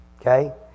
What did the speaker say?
Okay